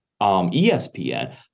ESPN